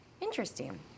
Interesting